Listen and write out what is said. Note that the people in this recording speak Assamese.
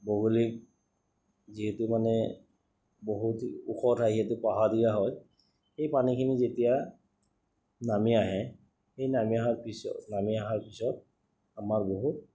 ভৌগোলিক যিহেতু মানে বহুত ওখ ঠাই যিহেতু পাহাৰীয়া হয় সেই পানীখিনি যেতিয়া নামি আহে সেই নামি অহাৰ পিছত নামি অহাৰ পিছত আমাৰ বহুত